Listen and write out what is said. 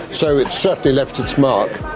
so it's certainly left its mark.